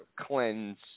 cleanse